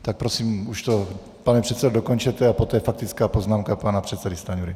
Tak prosím, už to, pane předsedo, dokončete a poté faktická poznámka pana předsedy Stanjury.